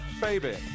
baby